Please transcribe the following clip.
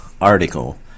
article